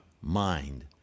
mind